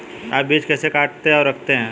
आप बीज कैसे काटते और रखते हैं?